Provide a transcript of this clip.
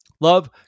love